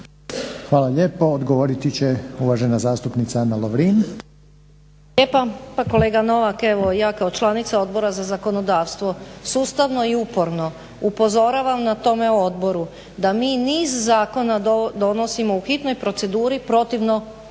Hvala lijepo. Odgovoriti će uvažena zastupnica Ana Lovrin. **Lovrin, Ana (HDZ)** Hvala lijepo. Pa kolega Novak, ja kao članica Odbora za zakonodavstvo sustavno i uporno upozoravam na tome odboru da mi niz zakona donosimo u hitnoj proceduri protivno